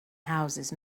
houses